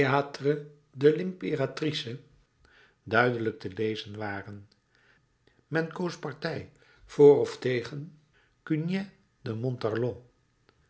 l'imperatrice duidelijk te lezen waren men koos partij voor of tegen cugnet de